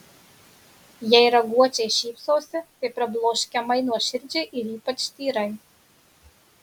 jei raguočiai šypsosi tai pribloškiamai nuoširdžiai ir ypač tyrai